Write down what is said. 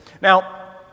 Now